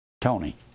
Tony